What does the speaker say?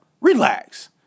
Relax